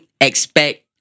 expect